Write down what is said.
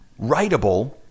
writable